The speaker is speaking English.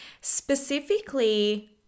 specifically